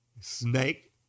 snake